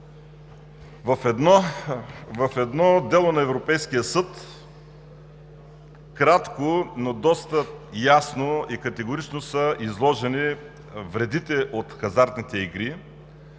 В едно дело на Европейския съд кратко, но доста ясно и категорично са изложени вредите от хазартните игри.